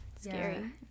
Scary